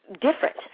different